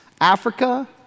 Africa